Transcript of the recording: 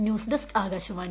news desk Akashvani